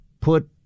Put